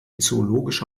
zoologische